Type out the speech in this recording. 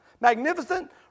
magnificent